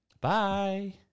Bye